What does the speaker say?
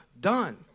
done